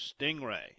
Stingray